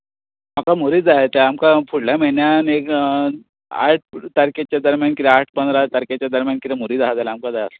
आमकां म्हूर्त जाय आमकां फुडल्या म्हयन्यांत एक आठ तारखेच्या दर्म्यान आठ पंदरा तारखेच्या दर्म्यान कितें म्हूर्त आसा जाल्यार आमकां जाय आसलें